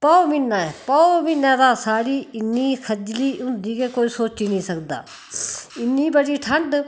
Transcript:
पौह् म्हीनै पौह् म्हीनै तां साढ़ी इन्नी खज्जली होंदी के कोई सोची नि सकदा इन्नी बड़ी ठण्ड